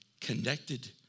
connected